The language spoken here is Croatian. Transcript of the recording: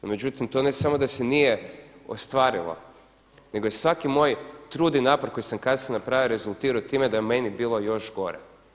No međutim to ne samo da se nije ostvarilo nego je svaki moj trud i napor koji sam kasnije napravio rezultirao time da je meni bilo još gore.